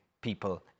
people